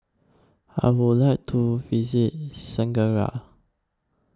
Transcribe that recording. I Would like to visit